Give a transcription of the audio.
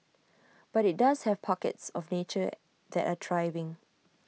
but IT does have pockets of nature that are thriving